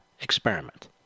experiment